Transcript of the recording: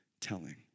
telling